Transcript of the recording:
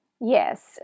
yes